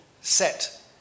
set